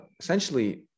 essentially